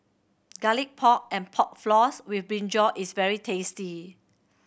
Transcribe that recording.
Garlic Pork and Pork Floss with brinjal is very tasty